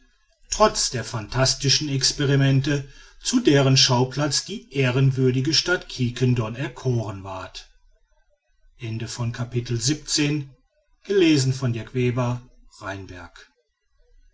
trotz der phantastischen experimente zu deren schauplatz die ehrwürdige stadt quiquendone erkoren ward